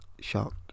shocked